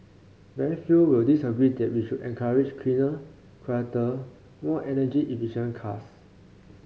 very few will disagree that we should encourage cleaner quieter more energy efficient cars